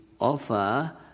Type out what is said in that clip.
offer